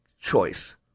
choice